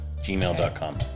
gmail.com